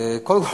קודם כול,